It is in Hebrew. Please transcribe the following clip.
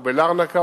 או בלרנקה,